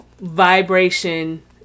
vibration